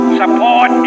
support